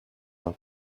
and